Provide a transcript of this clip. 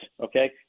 okay